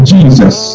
Jesus